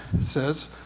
says